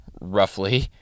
roughly